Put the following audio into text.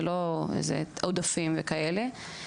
הם לא על עודפים וכאלה.